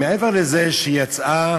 מעבר לזה שהיא יצאה